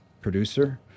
producer